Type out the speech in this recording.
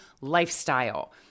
lifestyle